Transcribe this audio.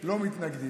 לא מתנגדת